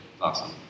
awesome